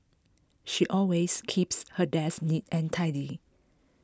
she always keeps her desk neat and tidy